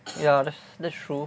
ya that's that's true